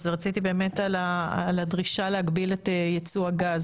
האם אתם שותפים לדרישה להגביל את ייצוא הגז?